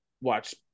watch